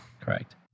Correct